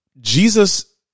Jesus